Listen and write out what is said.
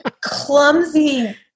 clumsy